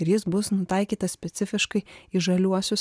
ir jis bus nutaikytas specifiškai į žaliuosius